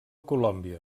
colòmbia